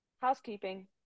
housekeeping